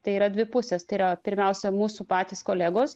tai yra dvi pusės tai yra pirmiausia mūsų patys kolegos